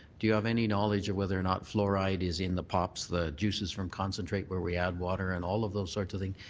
do you have any knowledge of whether or not fluoride is in the pops, juices from concentrate where we add water and all of those sorts of things,